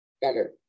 better